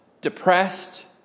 depressed